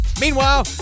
Meanwhile